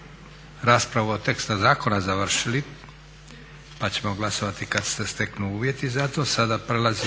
raspravu o tekstu zakona završili pa ćemo glasovati kada se steknu uvjeti za to.